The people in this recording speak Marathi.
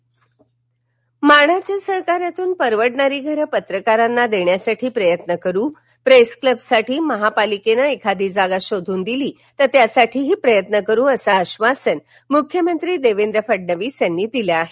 पत्रकार फडणवीस म्हाडाच्या सहकार्यातून परवडणारी घरं पत्रकारांना देण्यासाठी प्रयत्न करू प्रेस क्लबसाठी महापालिकेनं एखादी जागा शोधून दिली तर त्यासाठीही प्रयत्न करू असं आश्वासन मुख्यमंत्री देवेंद्र फडणवीस यांनी दिलं आहे